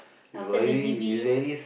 after the G_V